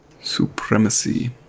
Supremacy